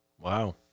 Wow